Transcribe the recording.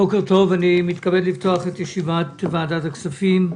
בוקר טוב, אני מתכבד לפתוח את ישיבת ועדת הכספים.